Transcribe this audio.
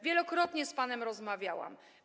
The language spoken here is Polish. Wielokrotnie z panem rozmawiałam.